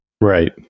Right